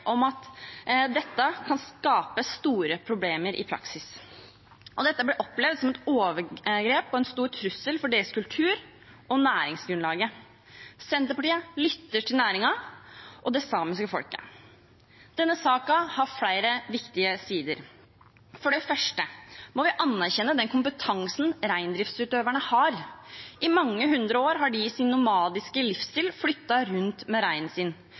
om at dette kan skape store problemer i praksis. Dette ble opplevd som et overgrep og en stor trussel mot deres kultur og næringsgrunnlaget. Senterpartiet lytter til næringen og det samiske folket. Denne saken har flere viktige sider. For det første må vi anerkjenne den kompetansen reindriftsutøverne har. I mange hundre år har de med sin nomadiske livsstil flyttet rundt med reinen sin.